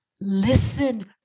Listen